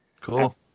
Cool